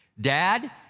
Dad